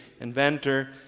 inventor